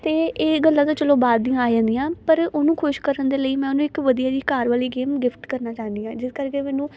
ਅਤੇ ਇਹ ਗੱਲਾਂ ਤਾਂ ਚਲੋ ਬਾਅਦ ਦੀਆਂ ਆ ਜਾਂਦੀਆਂ ਪਰ ਉਹਨੂੰ ਖੁਸ਼ ਕਰਨ ਦੇ ਲਈ ਮੈਂ ਉਹਨੂੰ ਇੱਕ ਵਧੀਆ ਜਿਹੀ ਕਾਰ ਵਾਲੀ ਗੇਮ ਗਿਫਟ ਕਰਨਾ ਚਾਹੁੰਦੀ ਹਾਂ ਜਿਸ ਕਰਕੇ ਮੈਨੂੰ